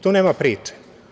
Tu nema priče.